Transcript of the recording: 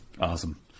Awesome